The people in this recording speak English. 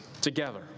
together